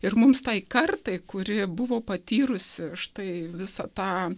ir mums tai kartai kuri buvo patyrusi štai visą tą